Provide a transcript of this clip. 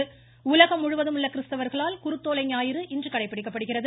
குருத்தோலை ஞாயிறு உலகம் முழுவதும் உள்ள கிறிஸ்தவர்களால் குருத்தோலை ஞாயிறு இன்று கடைபிடிக்கப்படுகிறது